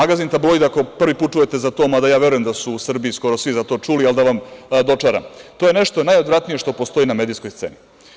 Ako prvi put čujete za to, mada verujem da su u Srbiji skoro svi za to čuli, ali da vam dočaram, to je nešto najodvratnije što postoji na medijskoj sceni.